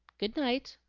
good-night,